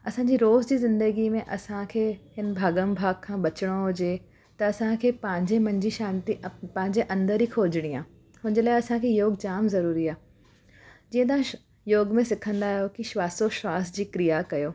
असांजी रोज़ जी ज़िंदगी में असांखे हिन भागम भाग खां बचणो हुजे त असांखे पंहिंजे मन जी शांती अप पांजे अंदर ही खोजणी आहे हुन जे लाइ असांखे योग जाम ज़रूरी आहे जीअं तव्हां योग में सिखंदा आहियो कि श्वासो श्वास जी क्रिया कयो